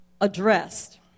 addressed